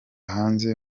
hanze